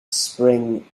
spring